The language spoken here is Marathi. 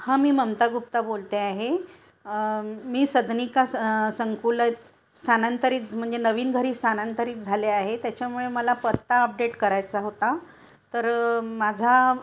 हां मी ममता गुप्ता बोलते आहे मी सदनीका स संकुल स्थानांतरीत म्हणजे नवीन घरी स्थानांतरित झाले आहे त्याच्यामुळे मला पत्ता अपडेट करायचा होता तर माझा